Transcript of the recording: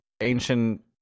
ancient